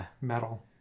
metal